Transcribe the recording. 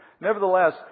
nevertheless